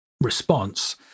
response –